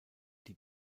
die